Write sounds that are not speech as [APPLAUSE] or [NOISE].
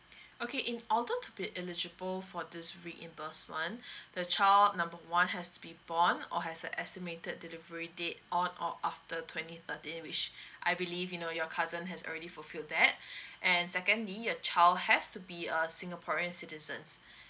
okay in order to be eligible for this reimbursement [BREATH] the child number one has to be born or has a estimated delivery date on or after twenty thirteen which I believe you know your cousin has already fulfilled that [BREATH] and secondly your child has to be a singaporean citizens